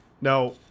Now